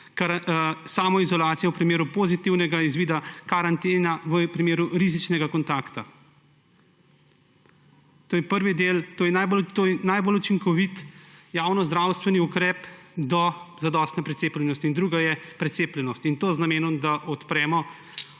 samoizolacija v primeru pozitivnega izvida, karantena v primeru rizičnega kontakta. To je prvi del, to je najbolj učinkovit javnozdravstveni ukrep do zadostne precepljenosti. In druga je precepljenost, in to z namenom, da odpremo